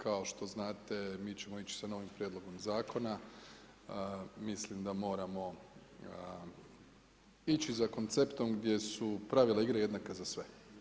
Kao što znate mi ćemo ići sa novim prijedlogom zakona, ali mislim da moramo ići za konceptom gdje su pravila igre jednaka za sve.